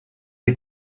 est